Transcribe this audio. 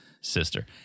sister